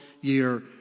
year